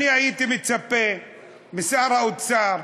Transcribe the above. אני הייתי מצפה משר האוצר,